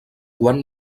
quan